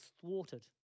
thwarted